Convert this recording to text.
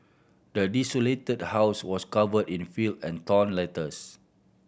the desolated house was covered in filth and torn letters